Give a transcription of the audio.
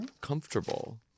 comfortable